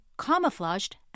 camouflaged